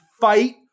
fight